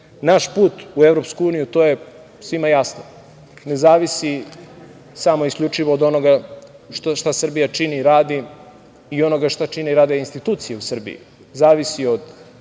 put u EU, to je svima jasno, ne zavisi samo i isključivo od onoga šta Srbija čini i radi i onoga šta čine i rade institucije u Srbiji, zavisi od